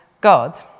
God